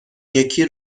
یکی